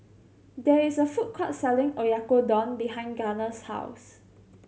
there is a food court selling Oyakodon behind Garner's house